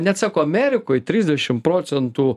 net sako amerikoj trisdešim procentų